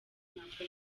akoresha